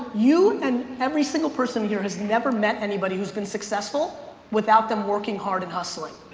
you and every single person here has never met anybody who's been successful without them working hard and hustling.